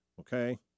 okay